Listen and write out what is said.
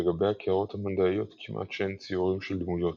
על גבי הקערות המנדעיות כמעט שאין ציורים של דמויות.